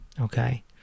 okay